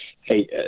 Hey